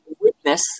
witness